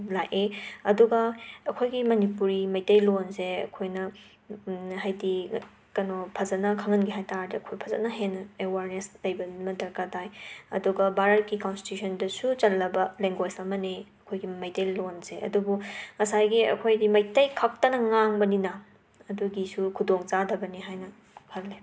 ꯂꯥꯛꯑꯦ ꯑꯗꯨꯒ ꯑꯩꯈꯣꯏꯒꯤ ꯃꯅꯤꯄꯨꯔꯤ ꯃꯩꯇꯩꯂꯣꯟꯁꯦ ꯑꯩꯈꯣꯏꯅ ꯍꯥꯏꯗꯤ ꯀꯩꯅꯣ ꯐꯖꯅ ꯈꯪꯍꯟꯒꯦ ꯍꯥꯏ ꯇꯥꯔꯗꯤ ꯑꯩꯈꯣꯏ ꯐꯖꯅ ꯍꯦꯟꯅ ꯑꯋꯥꯔꯅꯦꯁ ꯂꯩꯕ ꯑꯃ ꯗꯔꯀꯥꯔ ꯇꯥꯏ ꯑꯗꯨꯒ ꯚꯥꯔꯠꯀꯤ ꯀꯟꯁꯇꯤꯇ꯭ꯌꯨꯁꯟꯗꯁꯨ ꯆꯜꯂꯕ ꯂꯦꯡꯒ꯭ꯋꯦꯖ ꯑꯃꯅꯤ ꯑꯩꯈꯣꯏꯒꯤ ꯃꯩꯇꯩꯂꯣꯟꯁꯦ ꯑꯗꯨꯕꯨ ꯉꯁꯥꯏꯒꯤ ꯑꯩꯈꯣꯏꯒꯤ ꯃꯩꯇꯩꯈꯛꯇꯅ ꯉꯥꯡꯕꯅꯤꯅ ꯑꯗꯨꯒꯤꯁꯨ ꯈꯨꯗꯣꯡꯆꯥꯗꯕꯅꯤ ꯍꯥꯏꯅ ꯈꯜꯂꯤ